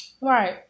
Right